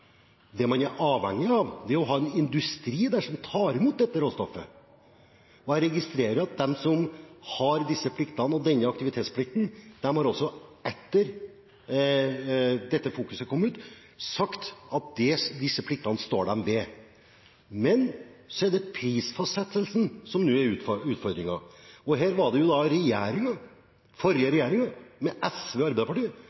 Det man er avhengig av, er å ha en industri der som tar imot dette råstoffet. Jeg registrerer at de som har disse pliktene og denne aktivitetsplikten, har, også etter at det ble fokus på dette, sagt at disse pliktene står dem ved. Men så er det prisfastsettelsen som nå er utfordringen. Her var det